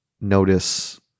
notice